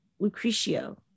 Lucretio